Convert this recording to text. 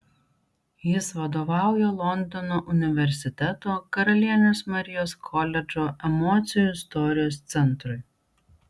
jis vadovauja londono universiteto karalienės marijos koledžo emocijų istorijos centrui